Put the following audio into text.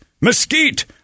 mesquite